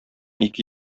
ике